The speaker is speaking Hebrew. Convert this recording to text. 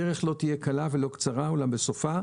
הדרך לא תהיה קלה ולא קצרה אולם בסופה,